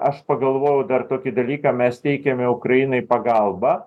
aš pagalvojau dar tokį dalyką mes teikiame ukrainai pagalbą